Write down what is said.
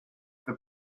the